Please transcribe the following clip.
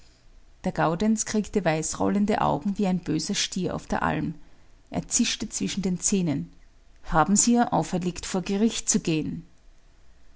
der gaudenz kriegte weißrollende augen wie ein böser stier auf der alm er zischte zwischen den zähnen haben sie ihr auferlegt vor gericht zu gehen